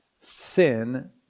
sin